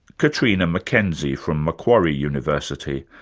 catriona mackenzie from macquarie university.